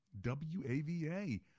WAVA